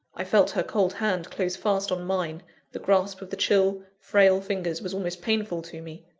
i felt her cold hand close fast on mine the grasp of the chill, frail fingers was almost painful to me.